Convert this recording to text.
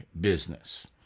business